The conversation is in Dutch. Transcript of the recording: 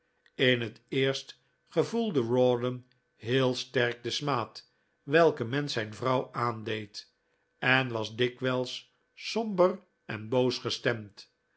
in het eerst gevoelde rawdon heel sterk den smaad welken men zijn vrouw aandeed en was dikwijls somber en boos gestemd